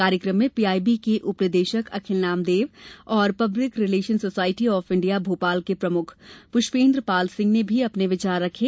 कार्यक्रम में पीआईबी के उप निदेशक अखिल नामदेव और public relations society of India Bhopal के प्रमुख पुष्पेन्द्रपाल सिंह ने भी अपने विचार रखे